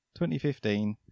2015